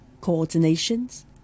coordinations